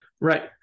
Right